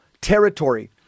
territory